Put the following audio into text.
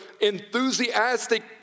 enthusiastic